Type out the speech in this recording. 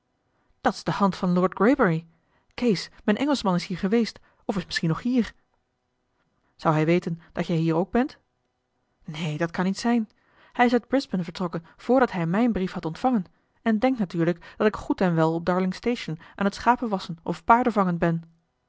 dat is de hand van lord greybury kees mijn engelschman is hier geweest of is misschien nog hier zou hij weten dat jij hier ook bent neen dat kan niet zijn hij is uit brisbane vertrokken voordat hij mijn brief had ontvangen en denkt natuurlijk dat ik goed en wel op darling station aan het schapenwasschen of paardenvangen ben